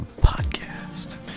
Podcast